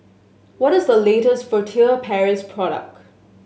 what is the latest Furtere Paris product